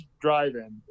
Drive-In